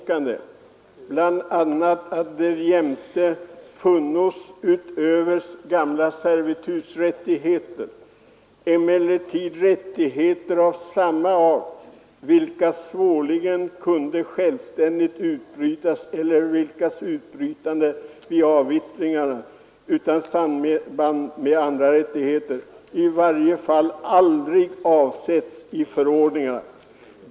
Kuylenstierna säger: ”Därjämte funnos emellertid rättigheter av annan art, vilka svårligen kunde självständigt utbrytas eller vilkas utbrytande vid avvittringarna utan samband med andra rättigheter — i varje fall aldrig avsetts i förordningarna.